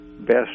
best